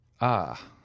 Ah